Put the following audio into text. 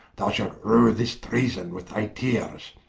thou shalt rue this treason with thy teares,